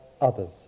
others